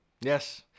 Yes